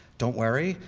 don't worry.